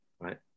right